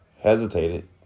hesitated